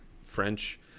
French